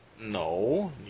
No